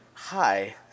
Hi